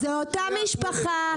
זה אותה משפחה,